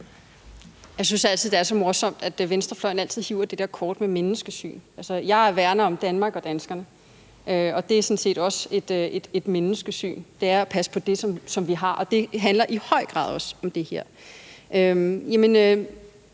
Jeg synes altid, det er så morsomt, at venstrefløjen altid hiver det der kort med menneskesyn frem. Altså, jeg værner om Danmark og danskerne, og det er sådan set også et menneskesyn, altså at passe på det, som vi har, og det handler i høj grad også om det her. I